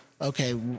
okay